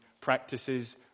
practices